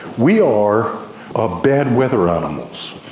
we are ah bad weather animals.